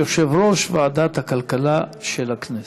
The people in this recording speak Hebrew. יושב-ראש ועדת הכלכלה של הכנסת.